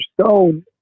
Stone